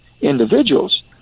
individuals